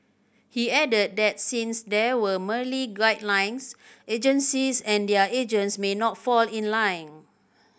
he added that since there were merely guidelines agencies and their agents may not fall in line